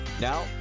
Now